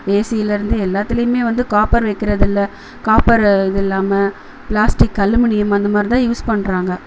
ஏசிலருந்து எல்லாத்திலையுமே வந்து காப்பர் வைக்கிறதில்ல காப்பர் இதில்லாம பிளாஸ்டிக் அலுமினியம் அந்தமாதிரிதான் யூஸ் பண்ணுறாங்க